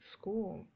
school